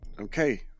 Okay